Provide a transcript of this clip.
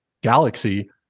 galaxy